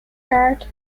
guard